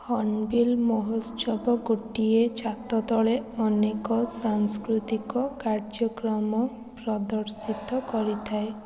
Hornbill ମହୋତ୍ସବ ଗୋଟିଏ ଛାତ ତଳେ ଅନେକ ସାଂସ୍କୃତିକ କାର୍ଯ୍ୟକ୍ରମ ପ୍ରଦର୍ଶିତ କରିଥାଏ